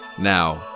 Now